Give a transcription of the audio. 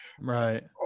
right